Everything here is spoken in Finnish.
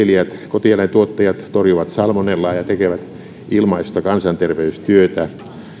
kotieläintuottajat torjuvat salmonellaa ja tekevät ilmaista kansanterveystyötä